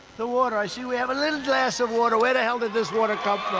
the water. i see we have a little glass of water. where the hell did this water come